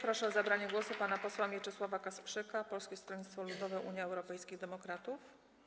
Proszę o zabranie głosu pana posła Mieczysława Kasprzyka, Polskie Stronnictwo Ludowe - Unia Europejskich Demokratów.